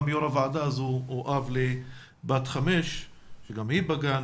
גם יושב ראש הוועדה הוא אב לבת חמש שגם היא בגן.